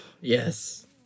yes